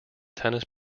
tennis